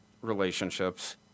relationships